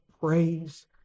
praise